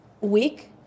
week